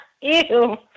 ew